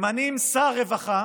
ממנים שר רווחה